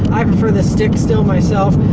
i prefer the stick, still, myself.